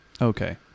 Okay